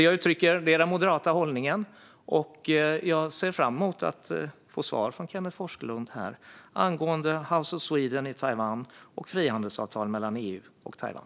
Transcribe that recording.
Det jag uttrycker är den moderata hållningen, och jag ser fram emot att få svar från Kenneth G Forslund angående House of Sweden i Taiwan och frihandelsavtal mellan EU och Taiwan.